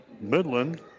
Midland